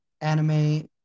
anime